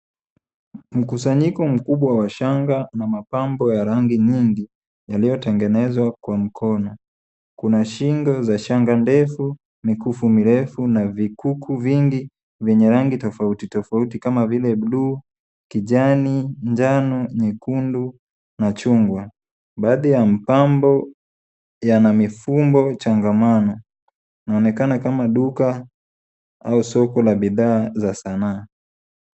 Mkusanyiko mkubwa wa shanga na mapambo ya rangi nyingi yaliyotengenezwa kwa mkono. Kuna shingo za shanga ndefu, mikufu mirefu na vikuku vingi vyenye rangi tofauti tofauti kama vile blue ,kijani, njano, nyekundu na chungwa. Baadhi ya mpambo yana mifungo changamano. Inaonekana kama duka au soko la bidhaa za sanaa.